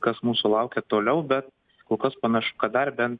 kas mūsų laukia toliau bet kol kas panašu kad dar bent